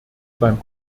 beim